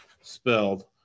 spelled